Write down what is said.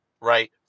right